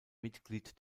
mitglied